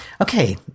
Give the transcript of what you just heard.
Okay